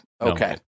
Okay